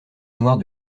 noire